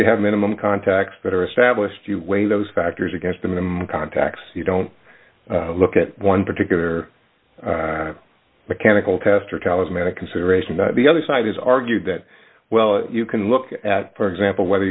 you have minimum contacts that are established you weigh those factors against them contacts you don't look at one particular mechanical tester talismanic consideration but the other side is argue that well you can look at for example whether